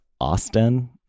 Austin